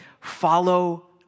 follow